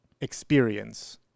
experience